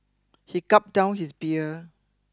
he gulped down his beer